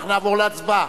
אנחנו נעבור להצבעה.